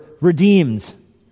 redeemed